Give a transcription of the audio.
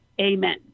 Amen